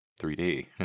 3D